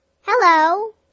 Hello